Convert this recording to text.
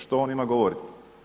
Što on ima govoriti?